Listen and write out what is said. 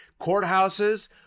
Courthouses